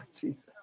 Jesus